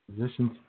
Positions